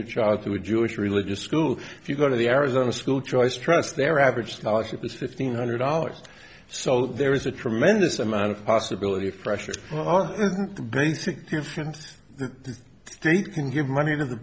your child to a jewish religious school if you go to the arizona school choice trust their average scholarship is fifteen hundred dollars so there is a tremendous amount of possibility freshers the state can give money to the